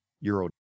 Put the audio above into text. Euro